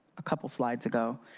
a couple of slides ago.